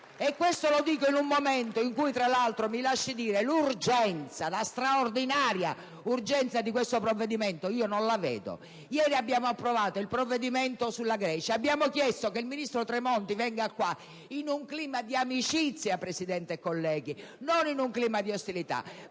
e questo lo dico in un momento in cui, tra l'altro, mi si lasci dire, non vedo l'urgenza, la straordinaria urgenza di questo provvedimento. Ieri abbiamo approvato il provvedimento sulla Grecia e abbiamo chiesto che il ministro Tremonti venga in Aula, in un clima di amicizia, Presidente e colleghi, non in un clima di ostilità,